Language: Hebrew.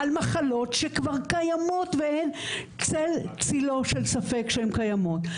על מחלות שכבר קיימות ואין צל צילו של ספק שהן קיימות.